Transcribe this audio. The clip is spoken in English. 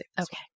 Okay